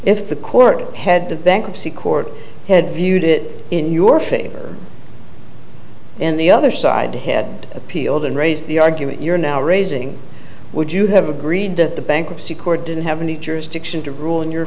if the court had bankruptcy court viewed it in your favor and the other side had appealed and raised the argument you're now raising would you have agreed that the bankruptcy court didn't have any jurisdiction to rule in your